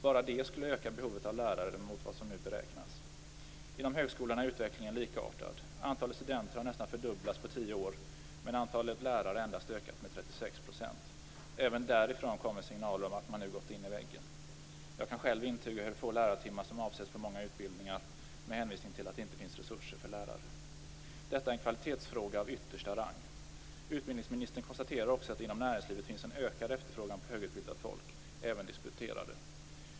Bara det skulle öka behovet av lärare mot vad som nu beräknas. Inom högskolan är utvecklingen likartad. Antalet studenter har nästan fördubblats på tio år, men antalet lärare har endast ökat med 36 %. Även därifrån kommer signaler om att man nu gått in i väggen. Jag kan själv intyga hur få lärartimmar som avsätts på många utbildningar med hänvisning till att det inte finns resurser för lärare. Detta är en kvalitetsfråga av yttersta rang. Utbildningsministern konstaterar också att det inom näringslivet finns en ökad efterfrågan på högutbildat folk, även disputerade.